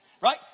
right